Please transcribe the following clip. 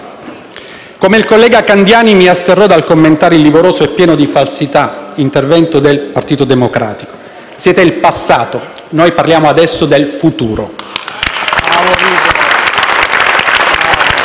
come il collega Candiani mi asterrò dal commentare il livoroso e pieno di falsità intervento del Partito Democratico. Siete il passato; noi parliamo adesso del futuro.